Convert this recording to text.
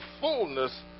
fullness